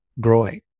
growing